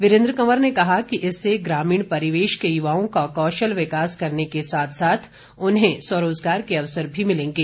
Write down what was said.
वीरेन्द्र कंवर ने कहा कि इससे ग्रामीण परिवेश के युवाओं का कौशल विकास करने के साथ साथ उन्हें स्वरोजगार के अवसर भी मिलेंगे